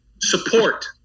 support